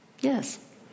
Yes